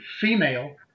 female